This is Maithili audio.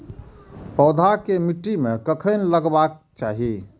पौधा के मिट्टी में कखेन लगबाके चाहि?